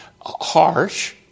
harsh